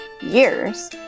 years